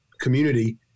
community